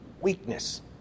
weakness